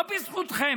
לא בזכותכם.